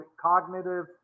cognitive